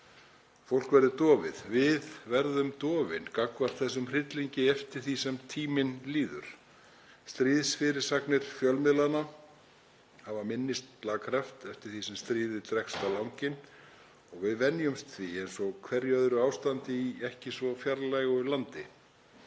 Fólk verður dofið. Við verðum dofin gagnvart þessum hryllingi eftir því sem tíminn líður. Stríðsfyrirsagnir fjölmiðlanna hafa minni slagkraft eftir því sem stríðið dregst á langinn og við venjumst því eins og hverju öðru ástandi í ekki svo fjarlægu landi.